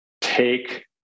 take